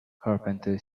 carpenter